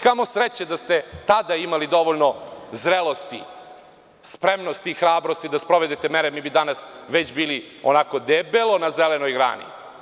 Kamo sreće da ste tada imali dovoljno zrelosti, spremnosti i hrabrosti da sprovedete mere, mi bi već danas bili onako debelo, na zelenoj grani.